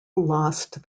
lost